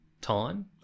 time